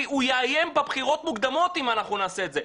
הוא יאיים בבחירות מוקדמות אם אנחנו נעשה את זה.